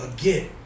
again